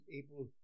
able